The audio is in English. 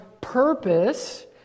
purpose